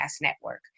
Network